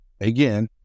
again